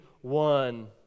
one